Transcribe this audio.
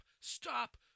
stop